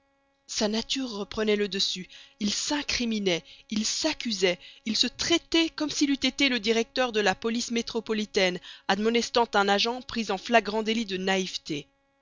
sa nature reprenait le dessus il s'incriminait il s'accusait il se traitait comme s'il eût été le directeur de la police métropolitaine admonestant un agent pris en flagrant délit de naïveté